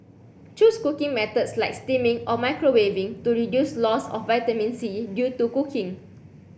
choose cooking methods like steaming or microwaving to reduce loss of vitamin C due to cooking